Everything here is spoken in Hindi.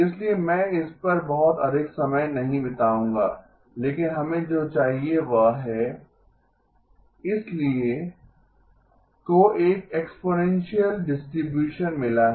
इसलिए मैं इस पर बहुत अधिक समय नहीं बिताऊंगा लेकिन हमें जो चाहिए वह है ¿ α ¿2 इसलिए ¿ α ¿2 को एक एक्सपोनेंशियल डिस्ट्रीब्यूशन मिला है